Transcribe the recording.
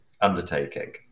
undertaking